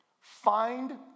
find